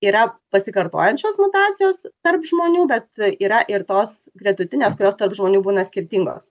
yra pasikartojančios mutacijos tarp žmonių bet yra ir tos gretutinės kurios tarp žmonių būna skirtingos